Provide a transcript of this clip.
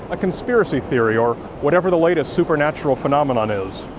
a conspiracy theory or whatever the latest supernatural phenomenon is.